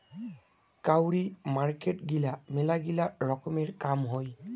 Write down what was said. কাউরি মার্কেট গিলা মেলাগিলা রকমের কাম হই